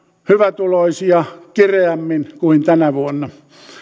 hyvätuloisia kireämmin kuin tänä vuonna